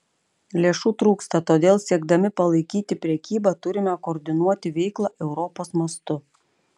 lėšų trūksta todėl siekdami palaikyti prekybą turime koordinuoti veiklą europos mastu